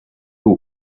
who